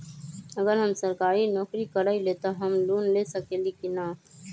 अगर हम सरकारी नौकरी करईले त हम लोन ले सकेली की न?